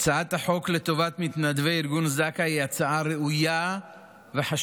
הצעת החוק לטובת מתנדבי ארגון זק"א היא הצעה ראויה וחשובה,